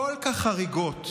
כל כך חריגות.